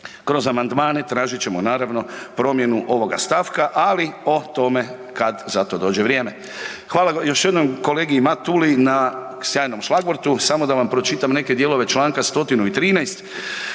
Kroz amandmane tražit ćemo naravno promjenu ovoga stavka, ali o tome kad za to dođe vrijeme. Hvala još jednom kolegi Matuli na sjajnom šlagvortu, samo da vam pročitam neke dijelove čl. 113.